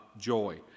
joy